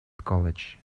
college